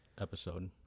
episode